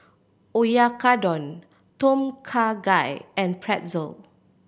Oyakodon Tom Kha Gai and Pretzel